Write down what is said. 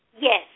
Yes